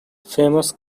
famous